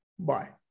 Bye